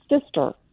sister